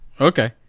Okay